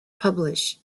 publish